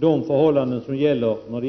odlingsrestriktionerna.